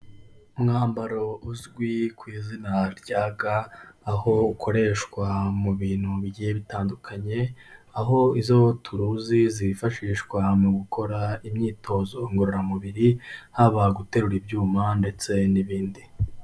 Umwambaro uzwi ku izina rya ga, aho ukoreshwa mu bintu bigiye bitandukanye, aho izo turuzi zifashishwa mu gukora imyitozo ngororamubiri, haba guterura ibyuma ndetse n'ibindi.